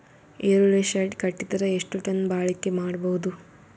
ಈರುಳ್ಳಿ ಶೆಡ್ ಕಟ್ಟಿದರ ಎಷ್ಟು ಟನ್ ಬಾಳಿಕೆ ಮಾಡಬಹುದು?